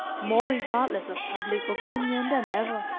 more regardless of public opinion than ever.